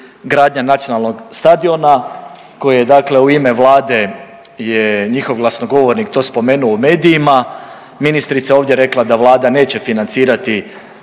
gradnja nacionalnog stadiona koji je dakle u ime vlade je njihov glasnogovornik to spomenuo u medijima, ministara je ovdje rekla da vlada neće financirati